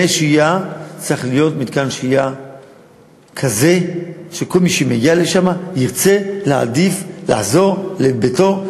צריך להיות מתקן שהייה כזה שכל מי שיגיע לשם יעדיף לחזור לביתו,